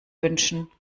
wünschen